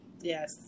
Yes